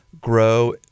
grow